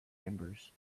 members